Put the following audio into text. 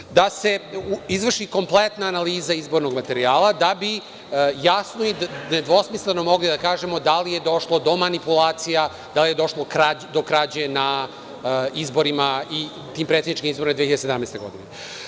Dakle, da se izvrši kompletna analiza izbornog materijala da bi jasno i nedvosmisleno mogli da kažemo da li je došlo do manipulacija, da li je došlo do krađe na tim predsedničkim 2017. godine.